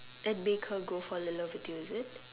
and make her go for the lover deal is it